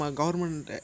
government